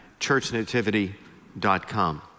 churchnativity.com